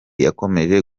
yakomeje